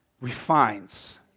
refines